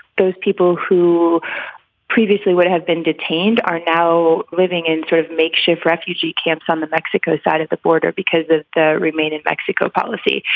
those people who previously would have been detained are now living in sort of makeshift refugee camps on the mexico side of the border because of the remain in mexico policy.